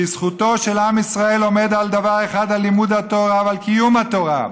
כי זכותו של עם ישראל עומדת על דבר אחד: על לימוד התורה ועל קיום התורה.